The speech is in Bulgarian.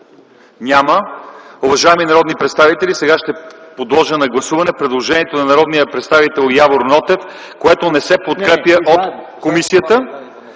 Няма.